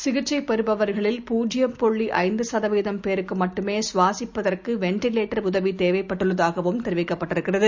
சிகிச்சைபெறுபவர்களில்பூஜ்யம்புள்ளிஐந்துசதவீதம்பேருக்குமட்டுமேசுவாசிப்பதற் குவென்டிலேட்டர்உதவிதேவைப்பட்டுஉள்ளதாகவும்தெரிவிக்கப்பட்டிருக்கிறது